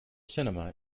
cinema